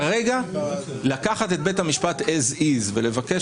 כרגע לקחת את בית המשפט כפי שהוא ולבקש